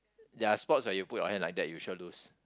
ya spots where you put your hand like that you sure lose